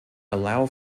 allow